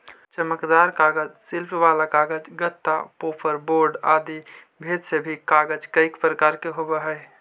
चमकदार कागज, शिल्प वाला कागज, गत्ता, पोपर बोर्ड आदि भेद से भी कागज कईक प्रकार के होवऽ हई